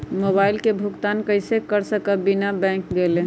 Mobile के भुगतान कईसे कर सकब बिना बैंक गईले?